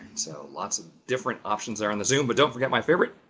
so lots of different options are on the zoom but don't forget my favorite,